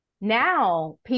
Now